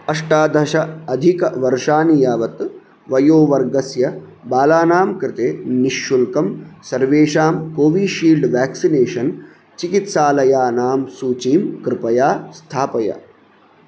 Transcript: अष्टादश अधिकवर्षाणि यावत् वयोवर्गस्य बालानां कृते निश्शुल्कं सर्वेषां कोवीशील्ड् वेक्सिनेशन् चिकित्सालयानां सूचीं कृपया स्थापय